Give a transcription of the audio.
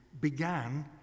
began